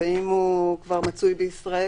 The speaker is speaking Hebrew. ואם הוא מצוי בישראל,